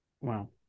Wow